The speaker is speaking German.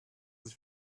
sich